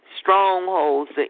strongholds